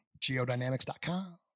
Geodynamics.com